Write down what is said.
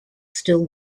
still